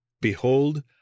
Behold